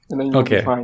okay